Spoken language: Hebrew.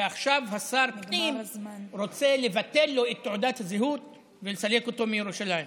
ועכשיו שר הפנים רוצה לבטל לו את תעודת הזהות ולסלק אותו מירושלים.